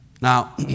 Now